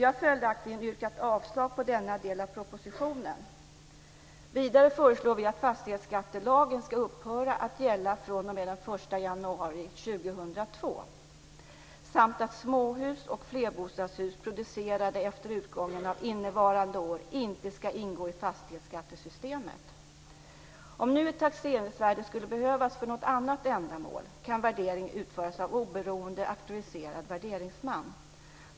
Vi har följaktligen yrkat avslag på denna del av propositionen. Vidare föreslår vi att fastighetsskattelagen ska upphöra att gälla fr.o.m. den 1 januari 2002 samt att småhus och flerbostadshus producerade efter utgången av innevarande år inte ska ingå i fastighetsskattesystemet. Om nu ett taxeringsvärde skulle behövas för ett annat ändamål kan värdering utföras av oberoende, auktoriserad värderingsman.